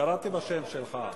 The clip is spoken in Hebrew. קראתי בשם שלך.